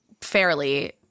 fairly